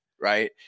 right